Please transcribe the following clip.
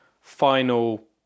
final